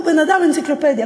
הוא בן-אדם אנציקלופדיה,